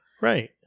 Right